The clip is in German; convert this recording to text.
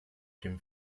dem